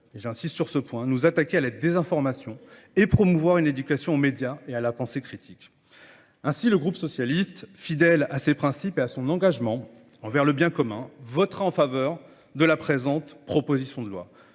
et j'insiste sur ce point, nous attaquer à la désinformation et promouvoir une éducation aux médias et à la pensée critique. Ainsi, le groupe socialiste fidèle à ses principes et à son engagement envers le bien commun votera en faveur de la présente proposition de loi.